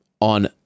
on